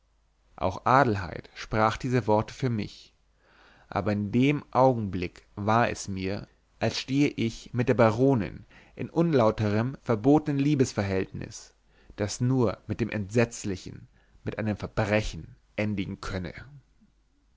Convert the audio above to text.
auch adelheid sprach diese worte für mich aber in dem augenblick war es mir als stehe ich mit der baronin in unlauterm verbotenem liebesverhältnis das nur mit dem entsetzlichen mit einem verbrechen endigen könne